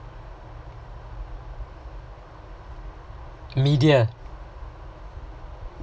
media